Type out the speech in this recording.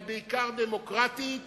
אבל בעיקר דמוקרטית,